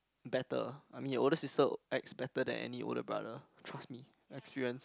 better I mean an older sister acts better than any older brother trust me experience